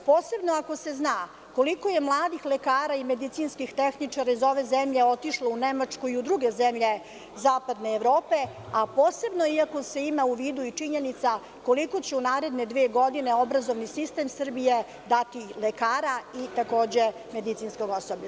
Posebno ako se zna koliko je mladih lekara i medicinskih tehničara iz ove zemlje otišlo u Nemačku i u druge zemlje zapadne Evrope, a posebno ako se ima u vidu i činjenica koliko će u naredne dve godine obrazovni sistem Srbije dati lekara i takođe medicinskog osoblja.